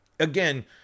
Again